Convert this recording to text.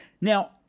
now